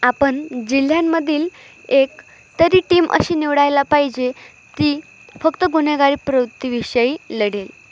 आपण जिल्ह्यांमधील एक तरी टीम अशी निवडायला पाहिजे ती फक्त गुन्हेगारी प्रवृत्तीविषयी लढेल